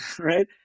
right